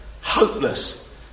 hopeless